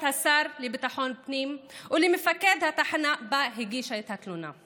השר לביטחון פנים או למפקד התחנה שבה הגישה את התלונה.